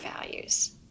values